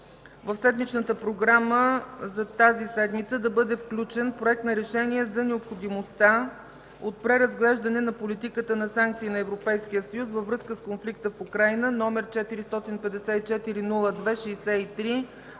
в седмичната програма за тази седмица да бъде включен Проект на решение за необходимостта от преразглеждане на политиката на санкции на Европейския съюз във връзка с конфликта в Украйна, № 454-02-63